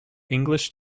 english